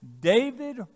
David